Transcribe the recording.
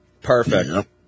Perfect